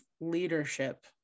leadership